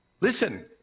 listen